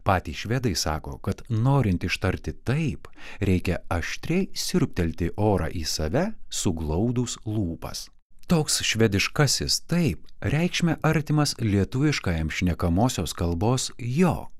patys švedai sako kad norint ištarti taip reikia aštriai siurbtelti orą į save suglaudus lūpas toks švediškasis taip reikšme artimas lietuviškajam šnekamosios kalbos jo